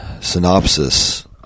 synopsis